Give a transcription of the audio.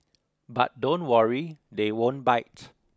but don't worry they won't bite